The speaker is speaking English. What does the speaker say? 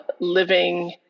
living